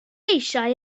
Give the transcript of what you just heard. eisiau